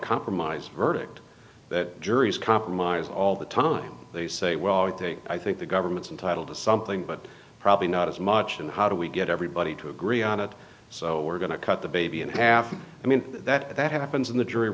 compromise verdict that juries compromise all the time they say well i think the government's entitle to something but probably not as much and how do we get everybody to agree on it so we're going to cut the baby in half and i mean that that happens in the jury